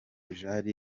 jean